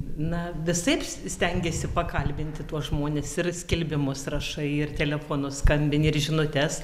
na visaip stengiesi pakalbinti tuos žmones ir skelbimus rašai ir telefonu skambini ir žinutes